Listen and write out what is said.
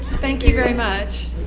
thank you very much.